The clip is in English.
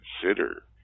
consider